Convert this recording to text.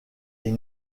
est